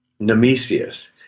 Nemesius